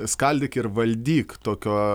skaldyk ir valdyk tokio